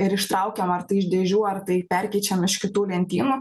ir ištraukiam ar tai iš dėžių ar tai perkeičiam iš kitų lentynų